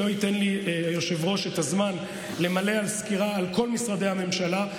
אם ייתן לי היושב-ראש את הזמן למלא סקירה על כל משרדי הממשלה,